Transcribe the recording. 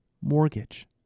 mortgage